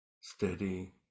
steady